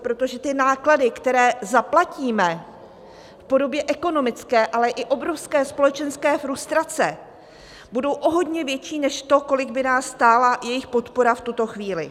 Protože náklady, které zaplatíme v podobě ekonomické, ale i obrovské společenské frustrace, budou o hodně větší než to, kolik by nás stála jejich podpora v tuto chvíli.